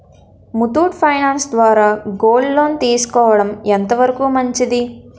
Muthoot finance ద్వారా gold loan తీసుకోవడం ఎంత వరకు మంచిది?